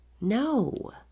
No